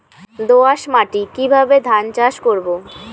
দোয়াস মাটি কিভাবে ধান চাষ করব?